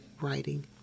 writing